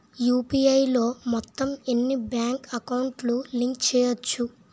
UPI లో మొత్తం ఎన్ని బ్యాంక్ అకౌంట్ లు లింక్ చేయచ్చు?